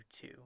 two